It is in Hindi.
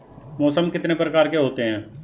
मौसम कितने प्रकार के होते हैं?